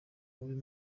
w’uyu